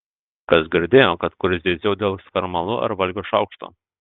kas girdėjo kad kur zyziau dėl skarmalų ar valgio šaukšto